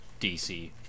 DC